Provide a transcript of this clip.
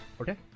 Okay